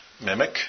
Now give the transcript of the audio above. mimic